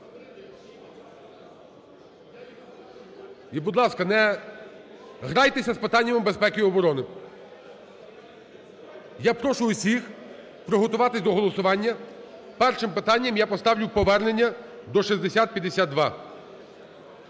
І, будь ласка, не грайтеся з питаннями безпеки і оборони. Я прошу усіх приготуватись до голосування, першим питанням я поставлю повернення до 6052.